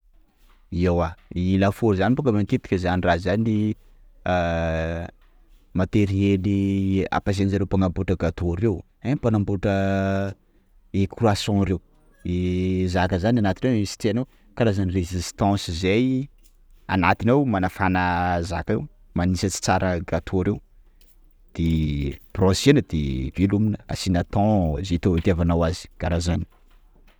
Ewa i lafaoro zany boka matetika zany raha zany matériel ampiasan-dreo mpanamboatra gateau reo: ein! mpanamboatra e croissant reo zaka zany anatiny ao, isitrihany ao, karazana résistance zay anatiny ao manafana zaka io, manisatry tsara gateau reo; de bransena de velomina! _x000D_ Asiana temps zay itiavanao azy. _x000D_ Kara zany